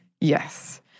Yes